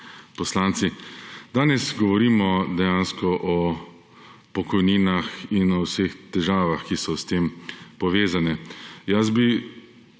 poslanci! Danes govorimo dejansko o pokojninah in o vseh težavah, ki so s tem povezane. Jaz bi